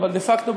אבל דה-פקטו,